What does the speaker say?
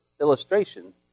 illustration